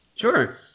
Sure